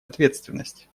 ответственность